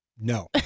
No